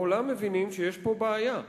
בעולם מבינים שיש פה בעיה.